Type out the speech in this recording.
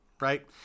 right